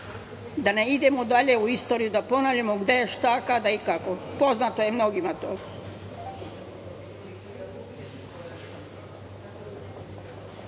da ne idemo dalje u istoriju, da ponavljamo gde, šta, kada i kako, poznato je mnogima